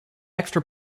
extra